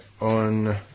on